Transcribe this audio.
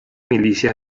milicias